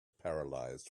paralysed